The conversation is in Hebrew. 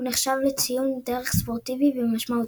הוא נחשב לציון דרך ספורטיבי ומשמעותי.